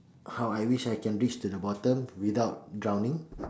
how I wish I can reach to the bottom without drowning